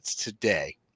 today